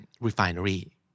refinery